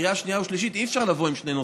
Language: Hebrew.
לקריאה שנייה ושלישית אי-אפשר לבוא עם שני נוסחים.